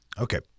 Okay